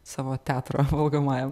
savo teatro valgomajam